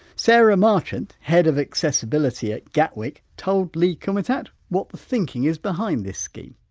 sara marchant, head of accessibility at gatwick, told lee kumutat what the thinking is behind this scheme.